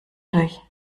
durch